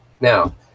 now